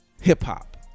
hip-hop